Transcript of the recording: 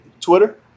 Twitter